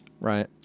Right